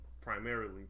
primarily